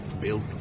built